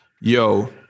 Yo